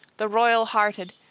the royal-hearted,